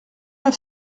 neuf